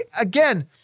Again